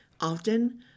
often